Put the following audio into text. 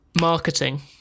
Marketing